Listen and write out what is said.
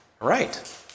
Right